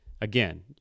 again